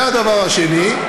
והדבר השני: